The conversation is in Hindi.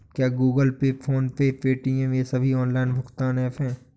क्या Google Pay PhonePe Paytm ये सभी ऑनलाइन भुगतान ऐप हैं?